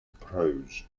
prose